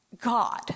God